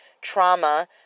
trauma